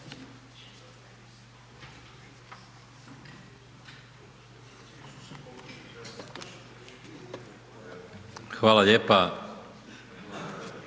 Hvala lijepa.